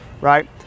Right